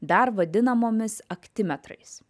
dar vadinamomis aktimetrais